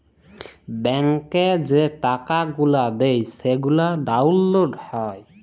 ব্যাংকে যে টাকা গুলা দেয় সেগলা ডাউল্লড হ্যয়